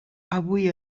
avui